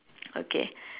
okay